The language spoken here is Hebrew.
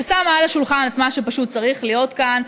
ששמה על השולחן את מה שפשוט צריך להיות כאן,